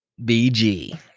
BG